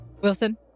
Wilson